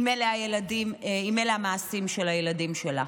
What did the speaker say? אם אלה המעשים של הילדים שלה.